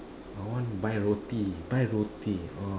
I want buy roti buy roti oh